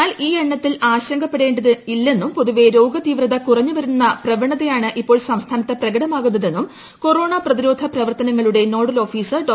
എന്നാൽ ഈ എണ്ണത്തിൽ ആശങ്കപ്പെടേണ്ടതില്ലെന്നും പൊതുവെ രോഗതീവ്രത കുറഞ്ഞു വരുന്ന പ്രവണത ആണ് ഇപ്പോൾ സംസ്ഥാനത്ത് പ്രകടമാകുന്നതെന്നും കൊറോണ പ്രതിരോധ പ്രവർത്തനങ്ങളുടെ നോഡൽ ഓഫീസർ ഡോ